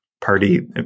Party